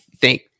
thank